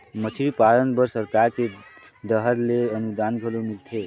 मछरी पालन बर सरकार के डहर ले अनुदान घलो मिलथे